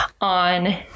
on